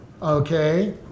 Okay